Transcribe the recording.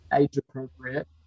age-appropriate